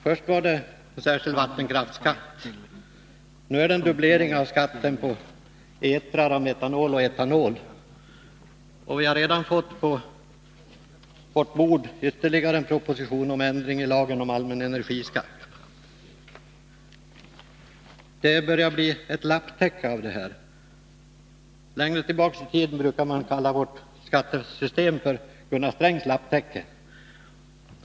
Först var det en särskild vattenkraftsskatt, nu är det en dubblering av skatten på etrar av etanol och metanol, och vi har redan fått på vårt bord ännu en proposition om ändring i lagen om allmän energiskatt. Det börjar bli ett lapptäcke av det här. Längre tillbaka i tiden brukade man kalla vårt skattesystem Gunnar Strängs lapptäcke.